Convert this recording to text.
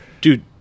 Dude